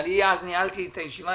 אני אז ניהלתי את הישיבה,